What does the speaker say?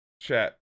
chat